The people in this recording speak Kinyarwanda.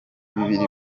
biri